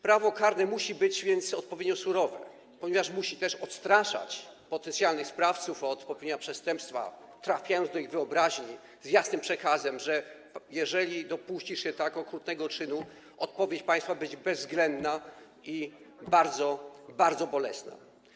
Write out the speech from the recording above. Prawo karne musi być odpowiednio surowe, ponieważ musi też odstraszać potencjalnych sprawców od popełnienia przestępstwa, trafiając do ich wyobraźni z jasnym przekazem: jeżeli dopuścisz się tak okrutnego czynu, odpowiedź państwa będzie bezwzględna i bardzo bolesna.